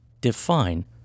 define